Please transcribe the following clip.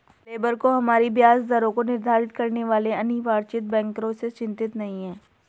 labour को हमारी ब्याज दरों को निर्धारित करने वाले अनिर्वाचित बैंकरों से चिंतित नहीं है